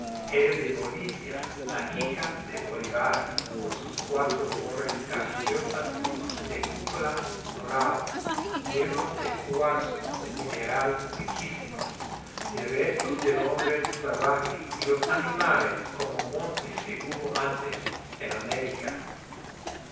el de bolivia la hija de bolívar con sus cuatro torres graciosas de cúpula dorada lleno de cuarzos de mineral riquísimo de restos del hombre salvaje y los animales como montes que hubo antes en américa